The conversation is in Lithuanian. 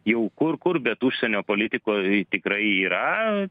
jau kur kur bet užsienio politikoj tikrai yra